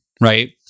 right